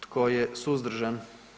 Tko je suzdržan?